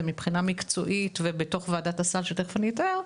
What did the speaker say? מבחינה מקצועית ובתוך וועדת הסל שתכף אני אתאר,